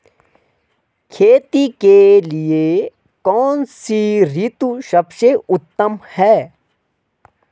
खेती के लिए कौन सी ऋतु सबसे उत्तम है?